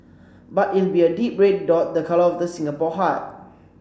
but it will be a deep red dot the colour of the Singapore heart